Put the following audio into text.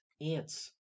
ants